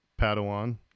Padawan